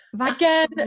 Again